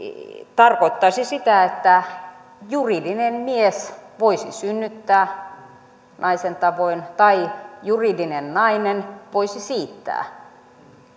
tarkoittaisi sitä että juridinen mies voisi synnyttää naisen tavoin tai juridinen nainen voisi siittää